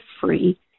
free